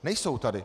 Nejsou tady.